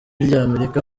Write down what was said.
ry’amerika